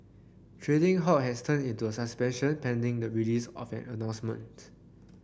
trading halt has turned into a suspension pending the release of an announcement